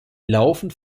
laufend